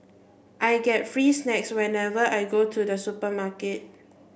I get free snacks whenever I go to the supermarket